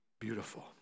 beautiful